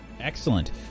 Excellent